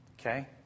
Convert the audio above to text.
okay